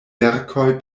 verkoj